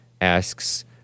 Asks